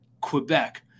Quebec